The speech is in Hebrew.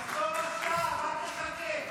תחתום עכשיו, אל תחכה.